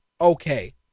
okay